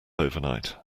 overnight